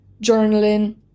journaling